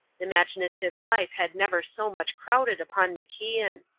imaginative life had never so much crowded upon macian.